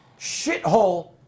shithole